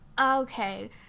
okay